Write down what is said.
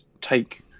take